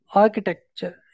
architecture